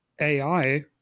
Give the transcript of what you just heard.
AI